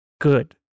Good